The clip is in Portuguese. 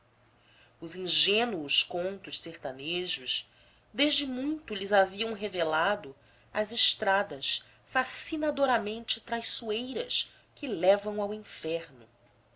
os ingênuos contos sertanejos desde muito lhes haviam revelado as estradas fascinadoramente traiçoeiras que levam ao inferno